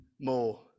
more